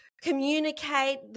communicate